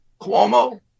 Cuomo